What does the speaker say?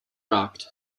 rocked